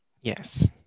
Yes